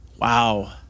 Wow